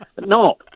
No